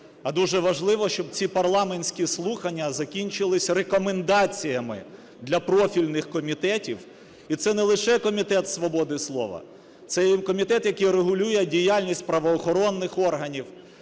а дуже важливо, щоб ці парламентські слухання закінчились рекомендаціями для профільних комітетів. І це не лише Комітет свободи слова, це і комітет, який регулює діяльність правоохоронних органів